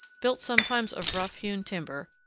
built sometimes of rough-hewn timber,